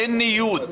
אין ניוד.